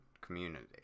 community